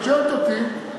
את שואלת אותי,